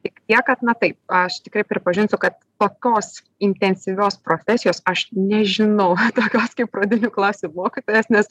tik tiek kad na taip aš tikrai pripažinsiu kad tokios intensyvios profesijos aš nežinau tokios kaip pradinių klasių mokytojas nes